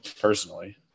personally